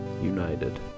United